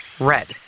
Red